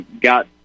got